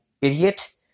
idiot